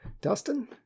Dustin